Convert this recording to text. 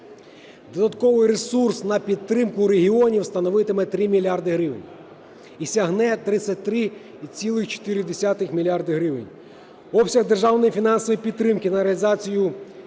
Додатковий ресурс на підтримку регіонів становитиме 3 мільярди гривень і сягне 33,4 мільярда гривень. Обсяг державної фінансової підтримки на реалізацію